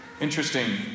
interesting